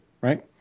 right